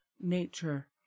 nature